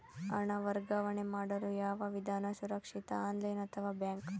ಹಣ ವರ್ಗಾವಣೆ ಮಾಡಲು ಯಾವ ವಿಧಾನ ಸುರಕ್ಷಿತ ಆನ್ಲೈನ್ ಅಥವಾ ಬ್ಯಾಂಕ್?